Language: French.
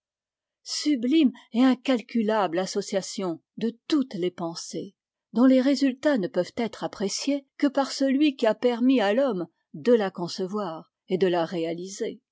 sublime et incalculable association de toutes les pensées dont les résultats ne peuvent être appréciés que par celui qui a permis à l'homme de la concevoir et de la réaliser